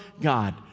God